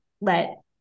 let